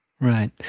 right